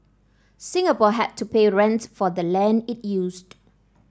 Singapore had to pay rent for the land it used